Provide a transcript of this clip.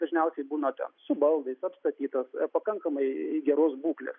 dažniausiai būna ten su baldais apstatytas pakankamai geros būklės